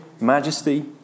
Majesty